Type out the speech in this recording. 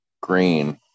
Green